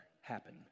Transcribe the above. happen